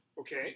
Okay